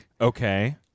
Okay